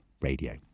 radio